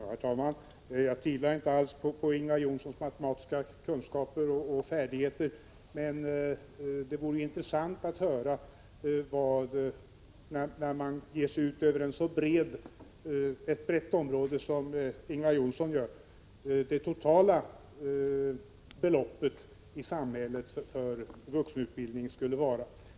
Herr talman! Jag tvivlar inte alls på Ingvar Johnssons matematiska kunskaper och färdigheter. Men det vore intressant att höra, när man ger sig ut över ett så brett område som Ingvar Johnsson gör, vilket samhällets totala belopp för vuxenutbildningen skulle vara.